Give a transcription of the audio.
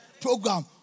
program